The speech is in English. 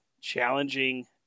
challenging